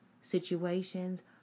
situations